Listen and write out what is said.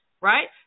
right